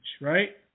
right